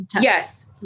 yes